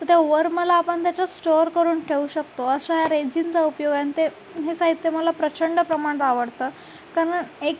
तर त्या वरमाला आपण त्याच्यात स्टोअर करून ठेऊ शकतो अशा या रेजिनचा उपयोग आहे आणि ते हे साहित्य मला प्रचंड प्रमाणात आवडतं कारण एक